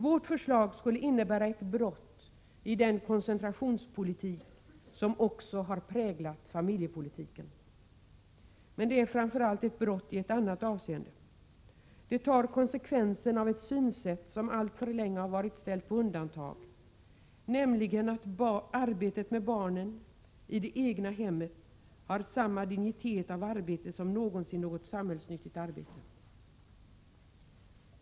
Vårt förslag skulle innebära ett brott i den koncentrationspolitik som också har präglat familjepolitiken. Men det är framför allt ett brott i ett annat avseende. Det tar konsekvensen av ett synsätt som alltför länge har varit ställt på undantag — nämligen att arbetet med barnen i det egna hemmet har samma dignitet som någonsin något annat samhällsnyttigt arbete.